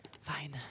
Fine